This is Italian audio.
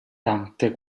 tante